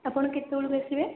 ଆପଣ କେତେବେଳକୁ ଆସିବେ